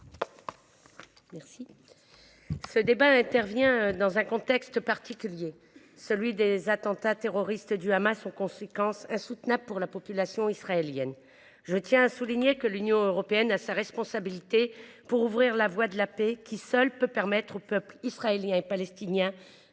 Ce débat intervient dans un contexte particulier, après les attentats terroristes du Hamas, aux conséquences insoutenables pour la population israélienne. Je tiens à souligner que l’Union européenne a la responsabilité d’ouvrir la voie de la paix, qui, seule, permettra aux peuples israélien et palestinien